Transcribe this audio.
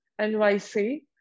nyc